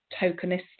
tokenistic